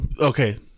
okay